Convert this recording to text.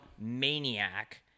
maniac